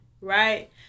right